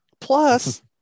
plus